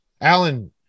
Alan